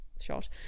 shot